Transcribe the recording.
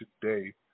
today